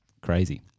crazy